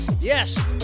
Yes